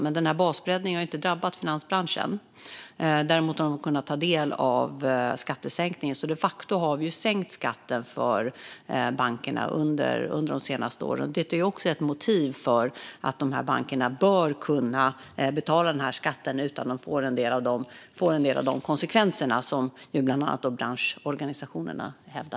Denna basbreddning har dock inte drabbat finansbranschen; däremot har de kunnat ta del av skattesänkningen, så vi har de facto sänkt skatten för bankerna under de senaste åren. Det tycker jag är ett motiv för att de här bankerna bör kunna betala skatten utan att drabbas av en del av de konsekvenser som bland annat hävdas av branschorganisationerna.